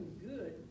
good